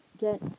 get